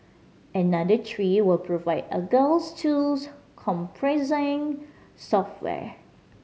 another three will provide agile tools comprising software